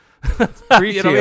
Pre